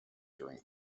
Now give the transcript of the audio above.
during